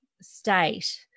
state